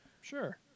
Sure